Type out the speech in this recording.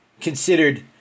considered